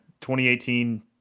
2018